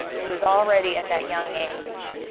he was already at that young age